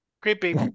Creepy